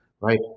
right